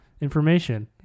information